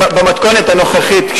במתכונת הנוכחית,